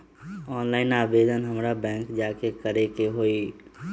Online आवेदन हमरा bank जाके करे के होई?